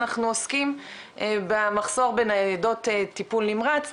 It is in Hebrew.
אנחנו עוסקים במחסור בניידות טיפול נמרץ,